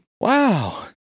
Wow